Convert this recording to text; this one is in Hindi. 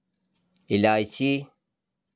इलायची